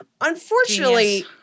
Unfortunately